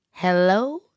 Hello